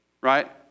right